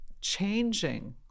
changing